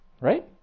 Right